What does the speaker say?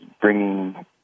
bringing